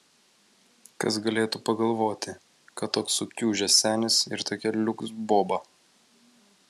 kas galėtų pagalvoti kad toks sukiužęs senis ir tokia liuks boba